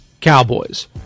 Cowboys